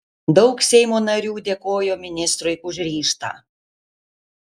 daug seimo narių dėkojo ministrui už ryžtą